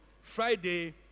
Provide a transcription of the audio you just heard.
Friday